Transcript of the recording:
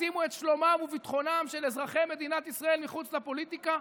שימו את שלומם ואת ביטחונם של אזרחי מדינת ישראל מחוץ לפוליטיקה,